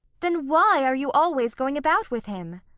then why are you always going about with him?